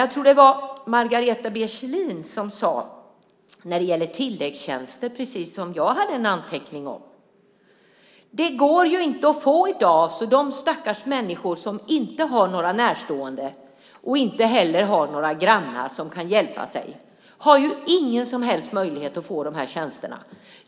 Jag tror att det var Margareta B Kjellin som när det gäller tilläggstjänster sade precis det jag hade en anteckning om. De går ju inte att få i dag. De stackars människor som inte har några närstående och inte heller har några grannar som kan hjälpa sig har ju ingen som helst möjlighet att få de här tjänsterna.